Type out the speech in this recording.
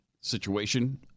situation